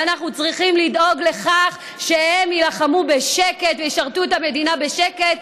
ואנחנו צריכים לדאוג לכך שהם יילחמו בשקט וישרתו את המדינה בשקט.